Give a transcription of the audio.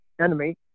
enemy